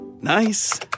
Nice